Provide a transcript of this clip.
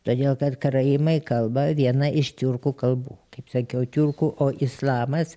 todėl kad karaimai kalba viena iš tiurkų kalbų kaip sakiau tiurkų o islamas